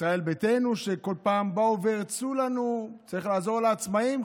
ישראל ביתנו פעם באו והרצו לנו שצריך לעזור לעצמאים.